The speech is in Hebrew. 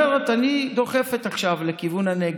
אבל היא אומרת: אני דוחפת עכשיו לכיוון הנגב.